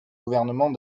gouvernement